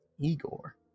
Igor